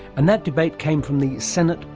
and that debate came from the senate,